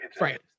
Right